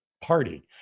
party